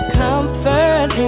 comfort